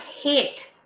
hate